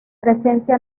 presencia